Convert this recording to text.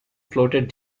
floated